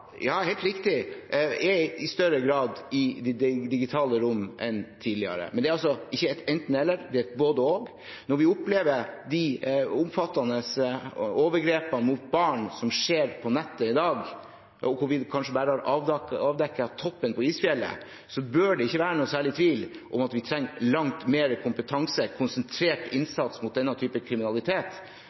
riktig – i større grad i det digitale rom enn tidligere, men det er ikke et enten–eller, det er et både–og. Når vi opplever de omfattende overgrepene mot barn som skjer på nettet i dag, og hvor vi kanskje bare har avdekket toppen av isfjellet, bør det ikke være noen særlig tvil om at vi trenger langt mer kompetanse og konsentrert innsats mot denne type kriminalitet.